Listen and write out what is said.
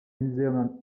muséum